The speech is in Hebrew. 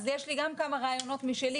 יש לי גם כמה רעיונות משלי.